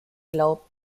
glaubt